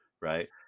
right